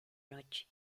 noche